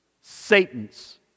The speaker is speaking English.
Satan's